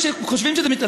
חושבים שזה מותר.